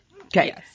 Okay